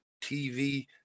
tv